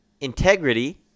integrity